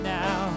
now